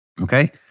Okay